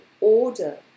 order